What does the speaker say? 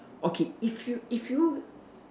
okay if you if you